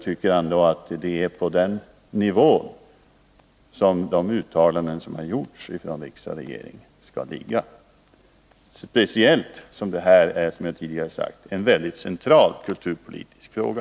Det är på den nivån de uttalanden som gjorts av riksdag och regering skall ligga, speciellt som detta som sagt är en väldigt central kulturpolitisk fråga.